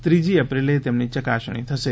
ત્રીજી એપ્રિલે તેમની ચકાસણી થશે